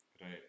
Right